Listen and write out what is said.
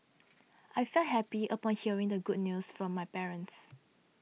I felt happy upon hearing the good news from my parents